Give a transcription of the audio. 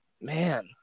Man